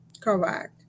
correct